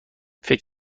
فکر